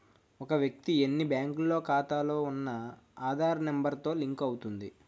ఒక వ్యక్తి ఎన్ని బ్యాంకుల్లో ఖాతాలో ఉన్న ఆధార్ నెంబర్ తో లింక్ అవుతుంది